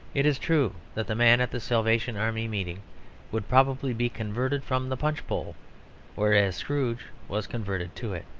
it is true that the man at the salvation army meeting would probably be converted from the punch bowl whereas scrooge was converted to it.